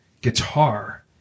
guitar